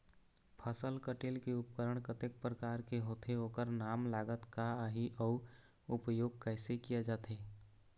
फसल कटेल के उपकरण कतेक प्रकार के होथे ओकर नाम लागत का आही अउ उपयोग कैसे किया जाथे?